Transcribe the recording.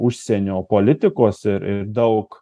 užsienio politikos ir ir daug